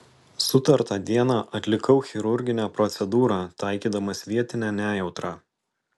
sutartą dieną atlikau chirurginę procedūrą taikydamas vietinę nejautrą